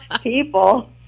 people